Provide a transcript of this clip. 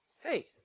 hey